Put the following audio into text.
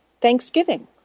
Thanksgiving